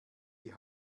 die